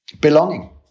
belonging